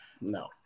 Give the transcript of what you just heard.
No